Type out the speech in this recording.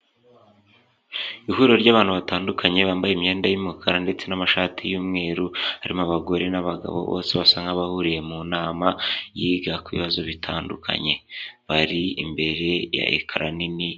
Ihuriro ry'abantu batandukanye bambaye imyenda y'umukara ndetse n'amashati y'umweru, harimo abagore n'abagabo bose basa nkabahuriye mu nama yiga kubazo bitandukanye, bari imbere ya ekara nini.